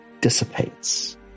dissipates